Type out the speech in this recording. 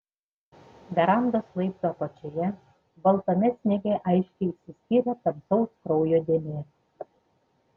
verandos laiptų apačioje baltame sniege aiškiai išsiskyrė tamsaus kraujo dėmė